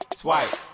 swipe